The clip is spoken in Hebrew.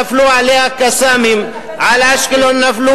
נפלו עליה "קסאמים"; על אשקלון נפלו